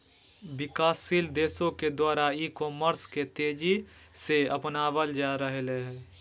विकासशील देशों के द्वारा ई कॉमर्स के तेज़ी से अपनावल जा रहले हें